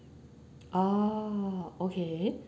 ah okay